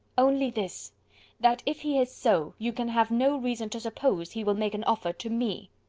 only this that if he is so, you can have no reason to suppose he will make an offer to me.